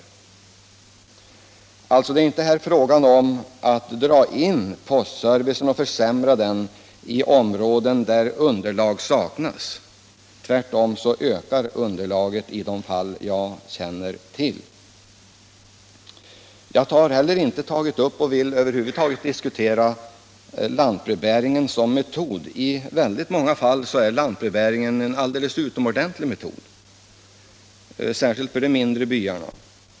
Det är alltså inte här fråga om att dra in postservicen och försämra den i områden där underlag saknas — tvärtom ökar underlaget i de fall som jag känner till. Jag har inte heller tagit upp och vill över huvud taget inte diskutera lantbrevbäringen som metod. I många fall ger lantbrevbäringen en utomordentlig service, särskilt för de mindre byarna.